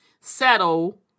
settle